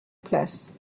place